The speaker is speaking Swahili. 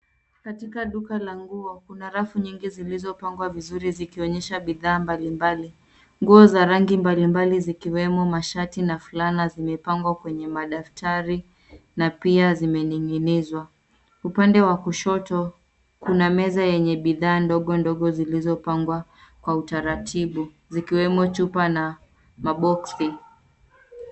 Katika duka la nguo kuna rafu nyingi zilizopangwa vizuri zikionyesha bidhaa mbali mbali. Nguo za rangi mbali mbali zikiwemo mashati na fulana zimepangwa kwenye madaftari na pia zimening'inizwa. Upande wa kushoto, kuna meza yenye bidhaa ndogo ndogo zilizopangwa kwa utaratibu, zikiwemo chupa na maboksi.